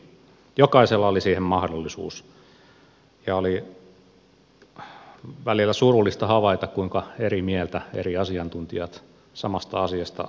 jokaisella oli siihen mahdollisuus ja oli välillä surullista havaita kuinka eri mieltä eri asiantuntijat samasta asiasta olivat